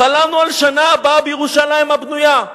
חלמנו על לשנה הבאה בירושלים הבנויה.